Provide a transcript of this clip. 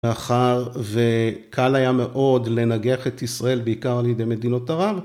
מאחר וקל היה מאוד לנגח את ישראל בעיקר לידי מדינות ערב.